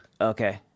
Okay